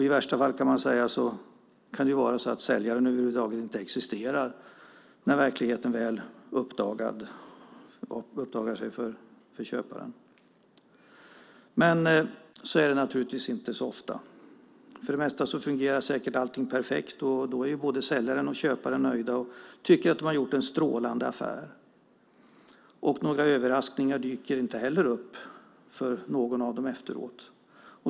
I sämsta fall kan det vara så att säljaren över huvud taget inte existerar när verkligheten väl uppdagas för köparen. Men så är det naturligtvis inte så ofta. För det mesta fungerar säkert allting perfekt. Då är både säljare och köpare nöjda och tycker att de har gjort en strålande affär. Några överraskningar dyker inte heller upp för någon av dem efteråt.